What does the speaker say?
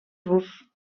rus